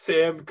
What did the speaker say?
Sam